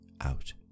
out